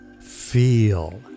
Feel